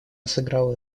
сыграла